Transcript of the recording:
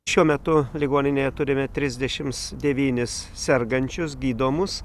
šiuo metu ligoninėje turime trisdešims devynis sergančius gydomus